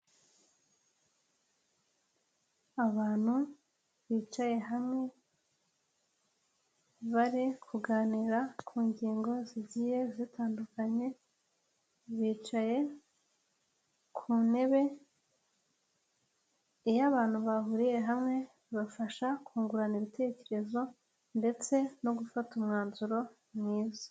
Abantu bicaye hamwe bari kuganira ku ngingo zigiye zitandukanye, bicaye ku ntebe iyo abantu bahuriye hamwe bibafasha kungurana ibitekerezo ndetse no gufata umwanzuro mwiza.